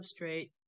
substrate